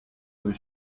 was